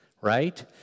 right